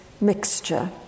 mixture